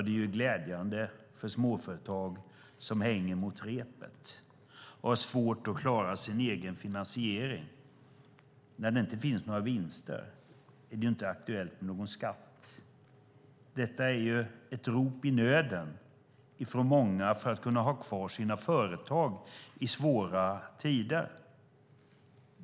Det är glädjande för småföretag som hänger på gärdsgården och har svårt att klara sin egen finansiering. När det inte finns några vinster är det inte aktuellt med någon skatt. Detta är ett rop i nöden från många så att de kan ha kvar sina företag i svåra tider.